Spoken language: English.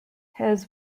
his